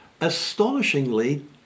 astonishingly